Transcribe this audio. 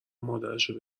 مادرشو